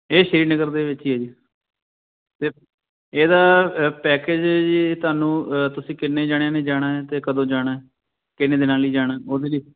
ਇਹ ਸ਼੍ਰੀਨਗਰ ਦੇ ਵਿੱਚੇ ਹੈ ਜੀ ਇਹਦਾ ਪੈਕਜ ਜੀ ਤੁਹਾਨੂੰ ਤੁਸੀਂ ਕਿੰਨੇ ਜਣਿਆਂ ਨੇ ਜਾਣਾ ਅਤੇ ਕਦੋਂ ਜਾਣਾ ਕਿੰਨੇ ਦਿਨਾਂ ਲਈ ਜਾਣਾ ਉਹਦੇ ਲਈ